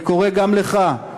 אני קורא גם לך,